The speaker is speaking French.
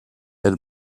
elle